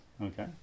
Okay